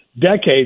decades